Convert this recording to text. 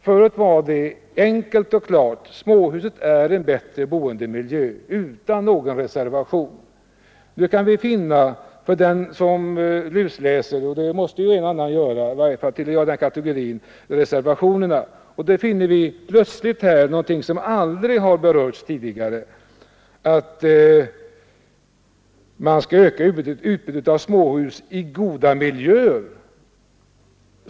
Förr sade man enkelt och klart att småhuset är en bättre boendemiljö — utan någon reservation. Nu kan vi finna om vi lusläser reservationerna — det måste en och annan göra och i varje fall tillhör jag den kategorin — något som aldrig har berörts tidigare, nämligen att man skall öka utbudet av småhus i goda miljöer.